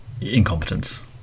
incompetence